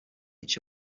each